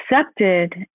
accepted